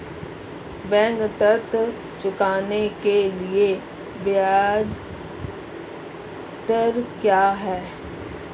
Bank ऋण चुकाने के लिए ब्याज दर क्या है?